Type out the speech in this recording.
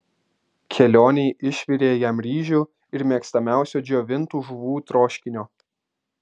kelionei išvirė jam ryžių ir mėgstamiausio džiovintų žuvų troškinio